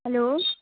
hello